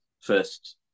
first